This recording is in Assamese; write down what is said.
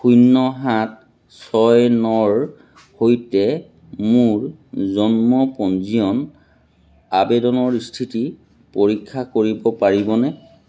শূন্য সাত ছয় নৰ সৈতে মোৰ জন্ম পঞ্জীয়ন আবেদনৰ স্থিতি পৰীক্ষা কৰিব পাৰিবনে